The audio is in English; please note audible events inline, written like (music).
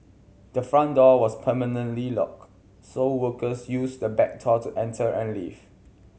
the front door was permanently locked so workers used the back (unintelligible) to enter and leave